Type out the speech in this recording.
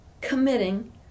committing